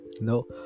No